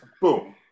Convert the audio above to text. boom